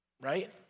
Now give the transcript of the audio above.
Right